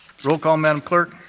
roll call, madam clerk.